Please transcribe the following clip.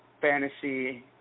fantasy